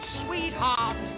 sweetheart